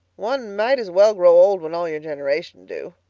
one might as well grow old when all your generation do,